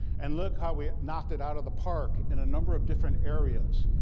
and look how we knocked it out of the park in a number of different areas.